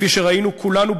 כפי שראינו כולנו,